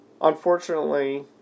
unfortunately